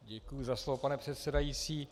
Děkuji za slovo, pane předsedající.